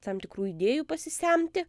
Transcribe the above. tam tikrų idėjų pasisemti